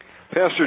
Pastor